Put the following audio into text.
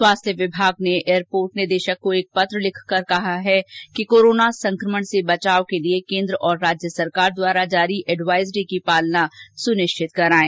स्वास्थ्य विभाग ने एयरपोर्ट निदेशक को एक पत्र लिखकर कहा है कि कोरोना संकमण से बचाव के लिए केन्द्र और राज्य सरकार द्वारा जारी एडवाइजरी की पालना सुनिश्चित करावें